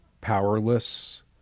powerless